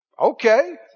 Okay